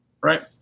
right